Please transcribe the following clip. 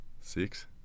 six